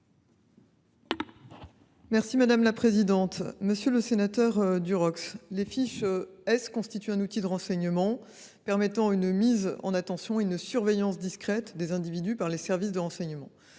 Mme la ministre déléguée. Monsieur le sénateur Durox, les fiches S constituent un outil de renseignement permettant une mise en attention et une surveillance discrète des individus par les services de renseignement.